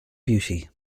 beauty